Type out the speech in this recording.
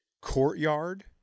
courtyard